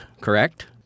correct